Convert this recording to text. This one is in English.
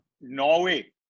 Norway